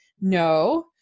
No